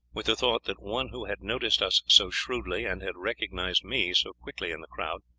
with the thought that one who had noticed us so shrewdly, and had recognized me so quickly in the crowd,